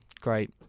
Great